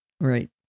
Right